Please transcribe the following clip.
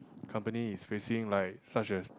company is facing like such as